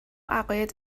عقاید